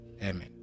Amen